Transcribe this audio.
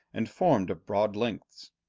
and formed of broad links.